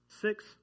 six